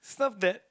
it's not bad